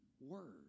Word